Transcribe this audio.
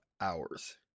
hours